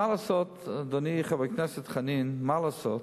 אדוני חבר הכנסת דב חנין, מה לעשות?